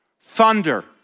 thunder